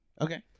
okay